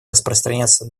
распространяться